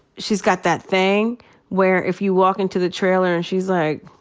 she's got that thing where if you walk into the trailer and she's like,